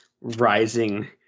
rising